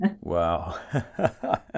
Wow